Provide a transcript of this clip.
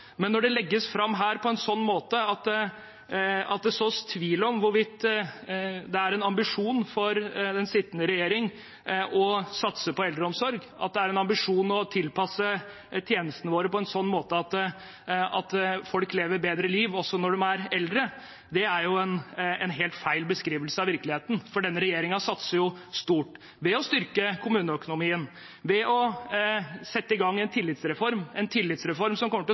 en ambisjon for den sittende regjering å satse på eldreomsorg og tilpasse tjenestene våre på en sånn måte at folk lever et bedre liv også når de er eldre, er det en helt feil beskrivelse av virkeligheten. Denne regjeringen satser stort – ved å styrke kommuneøkonomien, ved å sette i gang en tillitsreform, en tillitsreform som kommer til